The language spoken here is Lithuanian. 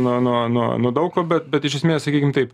nuo nuo nuo nuo daug ko bet bet iš esmės sakykim taip